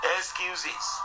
Excuses